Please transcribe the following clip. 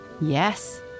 Yes